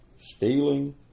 stealing